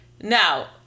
Now